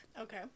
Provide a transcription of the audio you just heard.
okay